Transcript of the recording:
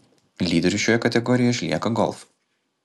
lyderiu šioje kategorijoje išlieka golf